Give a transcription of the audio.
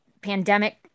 pandemic